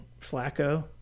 Flacco